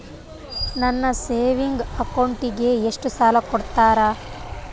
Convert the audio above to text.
ನನ್ನ ಸೇವಿಂಗ್ ಅಕೌಂಟಿಗೆ ಎಷ್ಟು ಸಾಲ ಕೊಡ್ತಾರ?